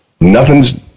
nothing's